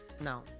No